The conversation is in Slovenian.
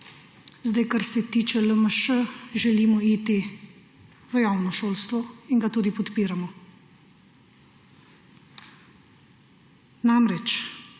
iti. Kar se tiče LMŠ, želimo iti v javno šolstvo in ga tudi podpiramo. Namreč,